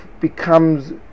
becomes